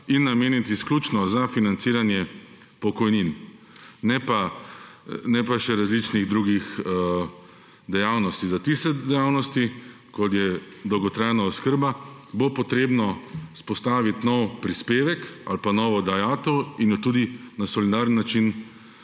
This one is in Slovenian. in nameniti izključno za financiranje pokojnin ne pa še različnih drugih dejavnosti. Za tiste dejavnosti, kot je dolgotrajna oskrba, bo potrebno vzpostaviti nov prispevek ali pa novo dajatev in jo tudi na solidarni način